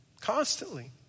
constantly